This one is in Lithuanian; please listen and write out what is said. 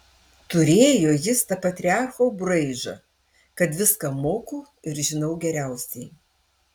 turėjo jis tą patriarcho braižą kad viską moku ir žinau geriausiai